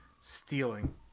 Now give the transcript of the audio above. stealing